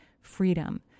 freedom